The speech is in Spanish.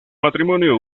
matrimonio